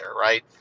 right